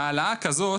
העלאה כזאת,